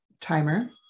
timer